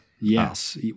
yes